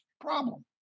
problem